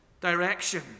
direction